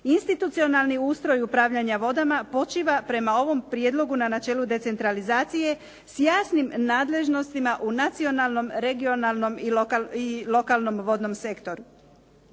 Institucionalni ustroj upravljanja vodama počiva prema ovom prijedlogu na načelu decentralizacije s jasnim nadležnostima u nacionalnom, regionalnom i lokalnom vodnom sektoru.